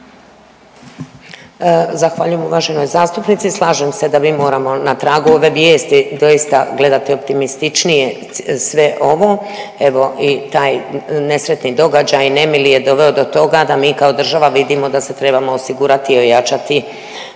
Zahvaljujem uvaženoj zastupnici. Slažem se da mi moramo na tragu ove vijesti doista gledati optimističnije sve ovo. Evo i taj nesretni događaj i nemili je doveo do toga da mi kao država vidimo da se trebamo osigurati i ojačati